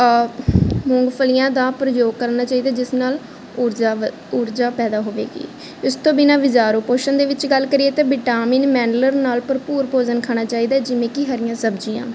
ਮੂੰਗਫਲੀਆਂ ਦਾ ਪ੍ਰਯੋਗ ਕਰਨਾ ਚਾਹੀਦਾ ਜਿਸ ਨਾਲ ਊਰਜਾ ਊਰਜਾ ਪੈਦਾ ਹੋਵੇਗੀ ਇਸ ਤੋਂ ਬਿਨਾਂ ਬਜ਼ਾਰੋਂ ਪੋਸ਼ਨ ਦੇ ਵਿੱਚ ਗੱਲ ਕਰੀਏ 'ਤੇ ਵਿਟਾਮਿਨ ਮਿਨਰਲ ਨਾਲ ਭਰਪੂਰ ਭੋਜਨ ਖਾਣਾ ਚਾਹੀਦਾ ਜਿਵੇਂ ਕਿ ਹਰੀਆਂ ਸਬਜ਼ੀਆਂ